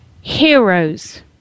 heroes